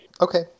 Okay